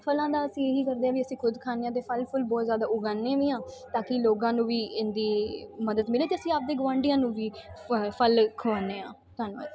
ਫਲਾਂ ਦਾ ਅਸੀਂ ਇਹੀ ਕਰਦੇ ਹਾਂ ਵੀ ਅਸੀਂ ਖੁਦ ਖਾਂਦੇ ਹਾਂ ਅਤੇ ਫਲ ਫੁਲ ਬਹੁਤ ਜ਼ਿਆਦਾ ਉਗਾਉਂਦੇ ਵੀ ਹਾਂ ਤਾਂ ਕਿ ਲੋਕਾਂ ਨੂੰ ਵੀ ਇਹਦੀ ਮਦਦ ਮਿਲੇ ਅਤੇ ਅਸੀਂ ਆਪਦੇ ਗੁਆਂਢੀਆਂ ਨੂੰ ਵੀ ਫ ਫਲ ਖਵਾਉਂਦੇ ਹਾਂ ਧੰਨਵਾਦ